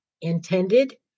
intended